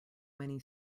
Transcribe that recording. many